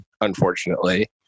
unfortunately